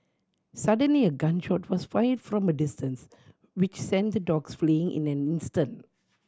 suddenly a gun shot was fired from a distance which sent the dogs fleeing in an instant